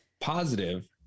positive